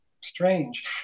strange